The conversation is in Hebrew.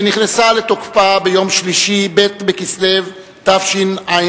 שנכנסה לתוקפה ביום שלישי, ב' בכסלו תשע"א,